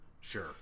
Sure